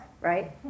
right